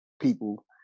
people